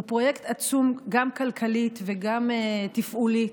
הוא פרויקט עצום גם כלכלית וגם תפעולית,